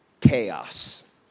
Chaos